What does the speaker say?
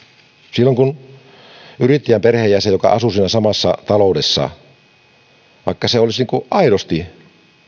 silloin kun yrittäjän perheenjäsen asuu siinä samassa taloudessa vaikka hän olisi aidosti